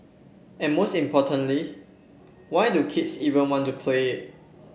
and most importantly why do kids even want to play it